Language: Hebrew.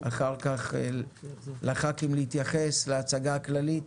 אחר כך לח"כים להתייחס להצגה הכללית,